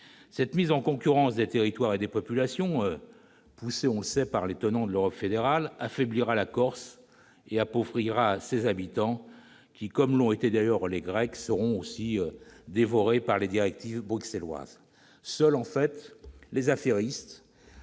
Cette mise en concurrence des territoires et des populations, poussée, on le sait, par les tenants de l'Europe fédérale, affaiblira la Corse et appauvrira ses habitants, qui, comme l'ont été les Grecs, seront dévorés par les directives bruxelloises. En fait, seuls les affairistes,